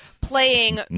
playing